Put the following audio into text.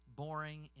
boring